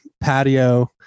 patio